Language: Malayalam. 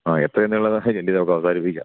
ആ എത്രനുള്ളതാണ് എങ്കിൽ ഞാൻ സംസാരിപ്പിക്കാം